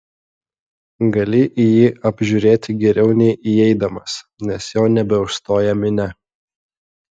gali jį apžiūrėti geriau nei įeidamas nes jo nebeužstoja minia